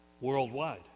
worldwide